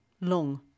long